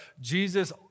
Jesus